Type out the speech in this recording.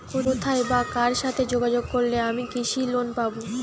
কোথায় বা কার সাথে যোগাযোগ করলে আমি কৃষি লোন পাব?